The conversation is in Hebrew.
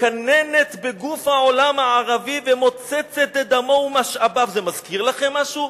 "שמקננת בגוף העולם הערבי ומוצצת את דמו ומשאביו" זה מזכיר לכם משהו?